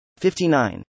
59